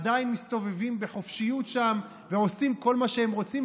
עדיין מסתובבים בחופשיות שם ועושים כל מה שהם רוצים,